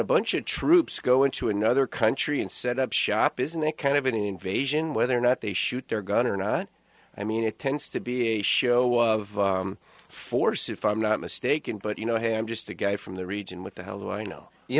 a bunch of troops go into another country and set up shop isn't it kind of an invasion whether or not they shoot their gun or not i mean it tends to be a show of force if i'm not mistaken but you know hey i'm just a guy from the region with the how do i know you